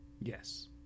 Yes